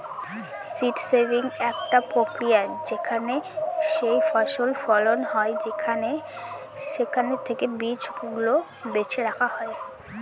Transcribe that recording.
seed saving একটা প্রক্রিয়া যেখানে যেইফসল ফলন হয় সেখান থেকে বীজ গুলা বেছে রাখা হয়